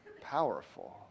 powerful